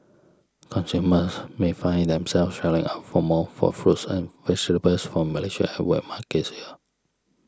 consumers may find themselves shelling out for more for fruits and vegetables from Malaysia at wet markets here